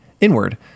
inward